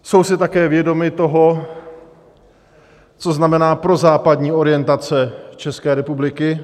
Jsou si také vědomy toho, co znamená prozápadní orientace České republiky.